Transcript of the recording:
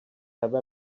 have